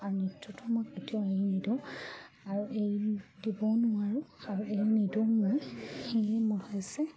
আৰু নৃত্যটো মই কেতিয়াও এৰি নিদোঁ আৰু এই দিবও নোৱাৰোঁ আৰু এই নিদোঁ মই সেয়ে মই হৈছে